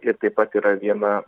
ir taip pat yra viena